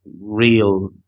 real